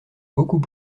beaucoup